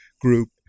group